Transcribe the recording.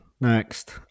Next